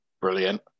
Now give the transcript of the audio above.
Brilliant